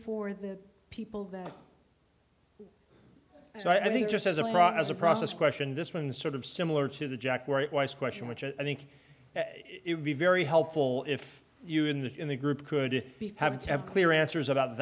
for the people that so i think just as iraq has a process question this one sort of similar to the jack white wice question which i think it would be very helpful if you in the in the group could be having to have clear answers about